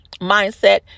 mindset